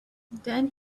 then